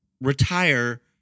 retire